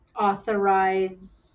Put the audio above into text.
authorize